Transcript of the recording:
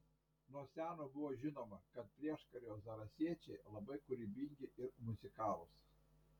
nuo seno buvo žinoma kad prieškario zarasiečiai labai kūrybingi ir muzikalūs